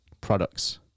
products